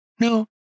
No